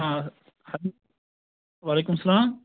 وعلیکُم السلام